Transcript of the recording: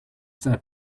that